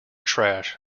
trash